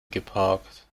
geparkt